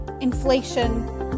inflation